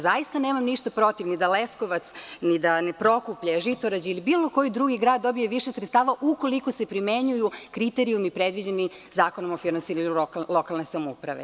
Zaista nemam ništa protiv ni da Leskovac, ni Prokuplje, Žitorađe ili bilo koji drugi grad dobije više sredstava ukoliko se primenjuju kriterijumi predviđeni Zakonom o finansiranju lokalne samouprave.